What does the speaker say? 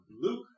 Luke